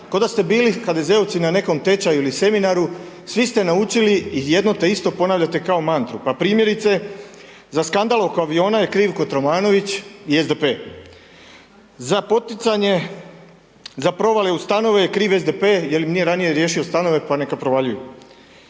da ste bili HDZ-ovci na nekom tečaju ili seminaru svi ste naučili jedno te isto ponavljate kao mantru, pa primjerice za skandal oko aviona je kriv Kotromanović i SDP. Za poticanje, za provale u stanove je kriv SDP jer im nije ranije riješio stanove, pa neka provaljuju.